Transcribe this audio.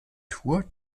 tour